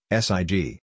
SIG